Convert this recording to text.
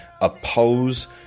oppose